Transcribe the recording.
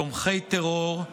תומכי טרור,